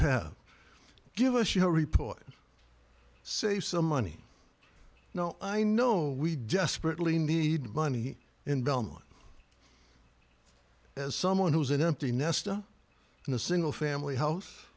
have give us your report say some money no i know we desperately need money in belmar as someone who's an empty nester in a single family house